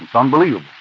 so unbelievable